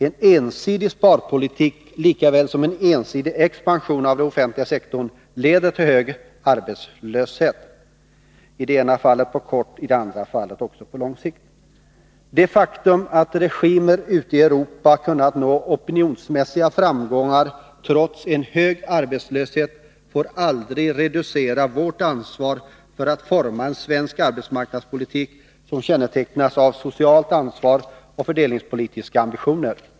En ensidig sparpolitik lika väl som en ensidig expansion av den offentliga sektorn leder till hög arbetslöshet, i det ena fallet på kort och i det andra fallet på lång sikt. Det faktum att regimer ute i Europa kunnat nå opinionsmässiga framgångar trots en hög arbetslöshet får aldrig reducera vårt ansvar för att forma en svensk arbetsmarknadspolitik som kännetecknas av socialt ansvar och fördelningspolitiska ambitioner.